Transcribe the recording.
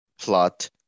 plot